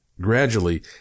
gradually